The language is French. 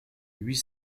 huit